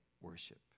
worship